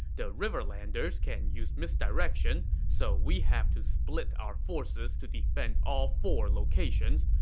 the riverlanders can use misdirection so we have to split our forces to defend all four locations,